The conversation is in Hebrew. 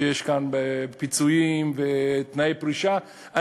שיש כאן פיצויים ותנאי פרישה,